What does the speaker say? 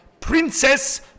Princess